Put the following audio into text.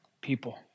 people